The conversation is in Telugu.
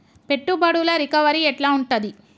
పెట్టుబడుల రికవరీ ఎట్ల ఉంటది?